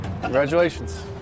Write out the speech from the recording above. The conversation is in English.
Congratulations